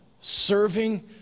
serving